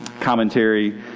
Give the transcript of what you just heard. commentary